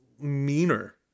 meaner